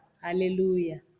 Hallelujah